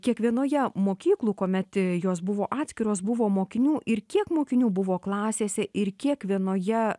kiekvienoje mokyklų kuomet jos buvo atskiros buvo mokinių ir kiek mokinių buvo klasėse ir kiek vienoje